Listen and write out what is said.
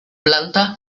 planta